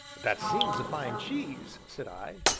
that seems a fine cheese! said i.